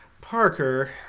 Parker